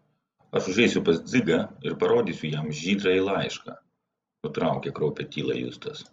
aš užeisiu pas dzigą ir parodysiu jam žydrąjį laišką nutraukė kraupią tylą justas